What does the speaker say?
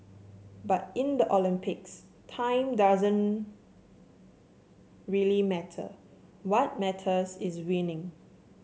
but in the Olympics time doesn't really matter what matters is winning